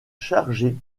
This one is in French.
chargé